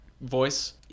voice